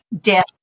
death